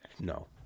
No